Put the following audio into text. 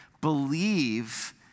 believe